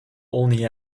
olney